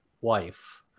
wife